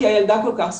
כי הילדה כל כך זקוקה.